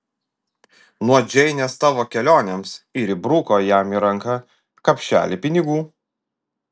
nuo džeinės tavo kelionėms ir įbruko jam į ranką kapšelį pinigų